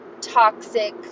toxic